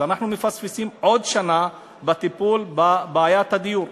אז אנחנו מפספסים עוד שנה בטיפול בבעיית הדיור.